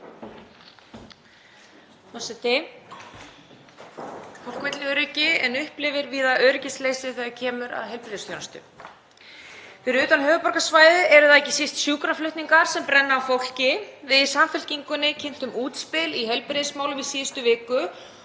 Fólk vill öryggi en upplifir víða öryggisleysi þegar kemur að heilbrigðisþjónustu. Fyrir utan höfuðborgarsvæðið eru það ekki síst sjúkraflutningar sem brenna á fólki. Við í Samfylkingunni kynntum útspil í heilbrigðismálum í síðustu viku